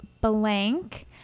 Blank